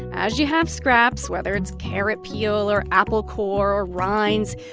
as you have scraps, whether it's carrot peel or apple core or rinds,